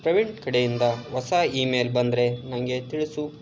ಪ್ರವೀಣ್ ಕಡೆಯಿಂದ ಹೊಸ email ಬಂದರೆ ನನಗೆ ತಿಳಿಸು